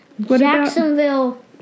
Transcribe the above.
Jacksonville